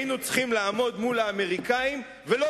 היינו צריכים לעמוד מול האמריקנים ולא